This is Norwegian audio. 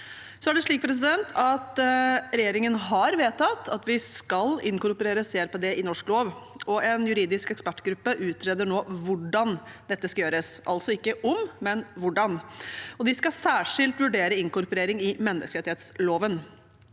Stortinget har bedt om. Regjeringen har vedtatt at vi skal inkorporere CRPD i norsk lov, og en juridisk ekspertgruppe utreder nå hvordan dette skal gjøres – ikke om, men hvordan. De skal særskilt vurdere inkorporering i menneskerettsloven.